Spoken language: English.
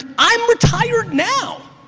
i'm retired now.